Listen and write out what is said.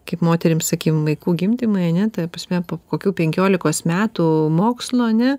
kaip moterim sakykim vaikų gimdymai ane ta prasme po kokių penkiolikos metų mokslo ane